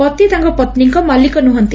ପତି ତାଙ୍କ ପତୀଙ୍କ ମାଲିକ ନୁହଁନ୍ତି